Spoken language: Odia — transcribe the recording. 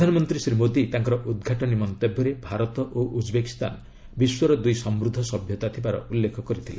ପ୍ରଧାନମନ୍ତ୍ରୀ ଶ୍ରୀ ମୋଦି ତାଙ୍କର ଉଦ୍ଘାଟନୀ ମନ୍ତବ୍ୟରେ ଭାରତ ଓ ଉଜ୍ବେକୀସ୍ତାନ ବିଶ୍ୱର ଦୁଇ ସମୂଦ୍ଧ ସଭ୍ୟତା ଥିବାର ଉଲ୍ଲେଖ କରିଥିଲେ